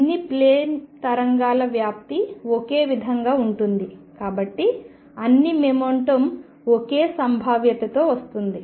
అన్ని ప్లేన్ తరంగాల వ్యాప్తి ఒకే విధంగా ఉంటుంది కాబట్టి అన్ని మొమెంటం ఒకే సంభావ్యతతో వస్తుంది